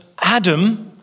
Adam